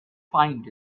find